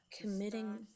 committing